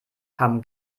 kam